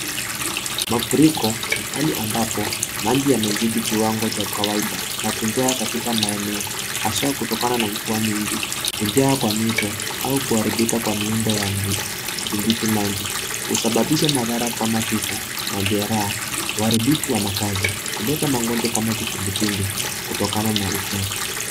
Mafuriko hali ambapo maji yamezidi kiwango cha kawaida na kujaa katika maeneo haswa kutokana na mvua mingi, kujaa kwa mito au kuharibika kwa miundo ya kidhibiti maji husababisha madhara kama vifo, majeraha, uharibifu wa makazi, kuleta magonjwa kama kipindupindu hutokana na uchafu.